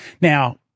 Now